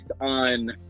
on